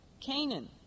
Canaan